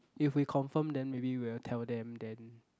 if we confirm then maybe we will tell them then